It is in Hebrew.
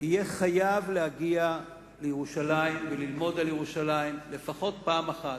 יהיה חייב להגיע לירושלים וללמוד על ירושלים לפחות פעם אחת.